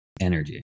energy